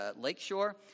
lakeshore